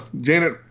Janet